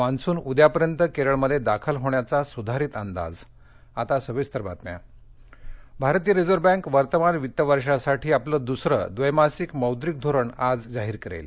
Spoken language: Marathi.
मान्सून उद्यापर्यंत केरळमध्ये दाखल होण्याचा सूधारित अध्याज आरबीआय भारतीय रिझर्व बँक वर्तमान वित्त वर्षासाठी आपलद्धिसरक्षिमासिक मौद्रिक धोरण आज जाहीर करेल